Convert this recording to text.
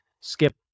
skip